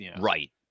right